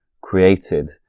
created